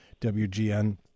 WGN